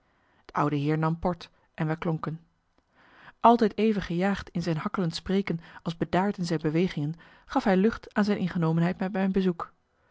de oude heer nam port en wij klonken altijd even gejaagd in zijn hakkelend spreken als bedaard in zijn bewegingen gaf hij lucht aan zijn ingenomenheid met mijn bezoek